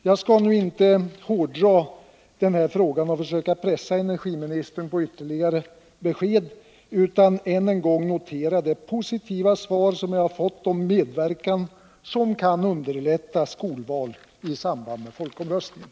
Jag skall inte nu hårdra denna fråga och försöka pressa energiministern på ytterligare besked utan än en gång notera det positiva svar jag fått om medverkan som kan underlätta skolval i samband med folkomröstningen.